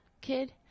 kid